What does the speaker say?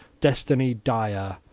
destiny dire,